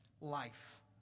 life